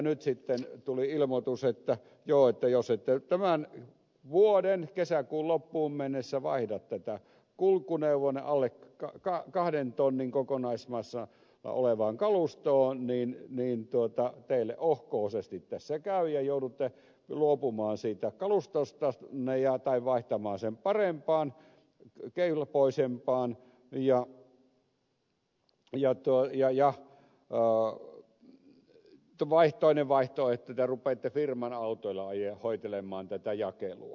nyt sitten tuli ilmoitus että joo jos ette tämän vuoden kesäkuun loppuun mennessä vaihda tätä kulkuneuvoanne alle kahden tonnin kokonaismassaa olevaan kalustoon niin teille ohkoosesti tässä käy ja joudutte luopumaan siitä kalustostanne tai vaihtamaan sen parempaan kelpoisempaan tai toinen vaihtoehto että te rupeatte firman autoilla hoitelemaan tätä jakelua